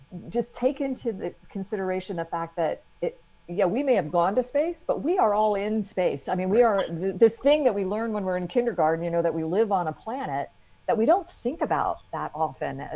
just take into consideration the fact that, yeah, we may have gone to space, but we are all in space. i mean, we are this thing that we learn when we're in kindergarten, you know, that we live on a planet that we don't think about that often.